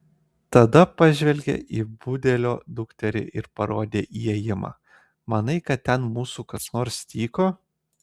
tada pažvelgė į budelio dukterį ir parodė į įėjimą manai kad ten mūsų kas nors tyko